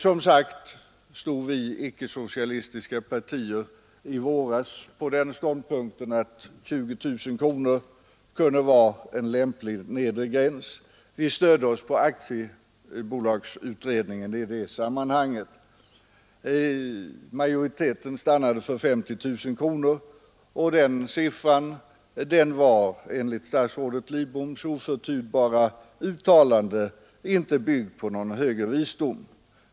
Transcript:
Som jag tidigare sagt intog vi icke-socialistiska partier i våras den ståndpunkten att 20 000 kronor kunde vara en lämplig nedre gräns. Vi stödde oss i det sammanhanget på aktiebolagsutredningen. Majoriteten stannade för 50 000 kronor, och den siffran var enligt statsrådet Lidboms oförtydbara uttalande inte byggd på någon högre visdom.